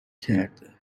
کرده